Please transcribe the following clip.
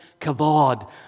kavod